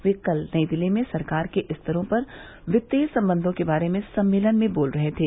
वे कल नई दिल्ली में सरकार के स्तरों पर कितीय संबंधों के बारे में सम्मेलन में बोल रहे थे